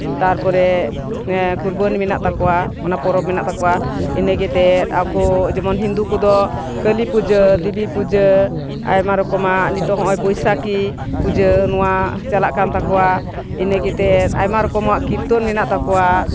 ᱛᱟᱨᱯᱚᱨᱮ ᱠᱩᱨᱵᱟᱱᱤ ᱢᱮᱱᱟᱜ ᱛᱟᱠᱳᱣᱟ ᱚᱱᱟ ᱯᱚᱨᱚᱵᱽ ᱢᱮᱱᱟᱜ ᱛᱟᱠᱚᱣᱟ ᱤᱱᱟᱹ ᱠᱟᱛᱮᱫ ᱠᱚ ᱡᱮᱢᱚᱱ ᱦᱤᱱᱫᱩ ᱠᱚᱫᱚ ᱠᱟᱹᱞᱤᱯᱩᱡᱟᱹ ᱫᱮᱵᱤ ᱯᱩᱡᱟᱹ ᱟᱭᱢᱟ ᱨᱚᱠᱚᱢᱟᱜ ᱱᱤᱛᱚᱜ ᱱᱚᱜᱼᱚᱭ ᱵᱳᱭᱥᱟᱠᱷᱤ ᱯᱩᱡᱟᱹ ᱱᱚᱣᱟ ᱪᱟᱞᱟᱜ ᱠᱟᱱ ᱛᱟᱠᱳᱣᱟ ᱤᱱᱟᱹ ᱠᱟᱛᱮᱫ ᱟᱭᱢᱟ ᱨᱚᱠᱚᱢᱟᱜ ᱠᱤᱨᱛᱤᱱ ᱢᱮᱱᱟᱜ ᱛᱟᱠᱳᱣᱟ